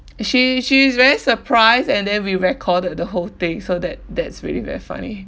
she she is very surprised and then we recorded the whole thing so that that's really very funny